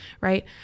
right